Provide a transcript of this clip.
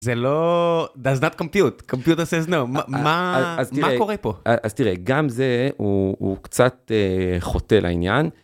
זה לא... does not compute, מה קורה פה? אז תראה, גם זה הוא קצת חוטא לעניין.